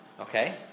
Okay